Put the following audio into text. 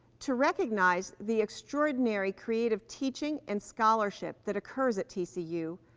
to recognize the extraordinary creative teaching and scholarship that occurs at tcu,